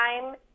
time